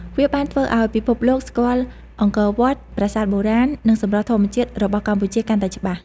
វាបានធ្វើឲ្យពិភពលោកស្គាល់អង្គរវត្ត ប្រាសាទបុរាណ និងសម្រស់ធម្មជាតិរបស់កម្ពុជាកាន់តែច្បាស់។